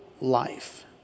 life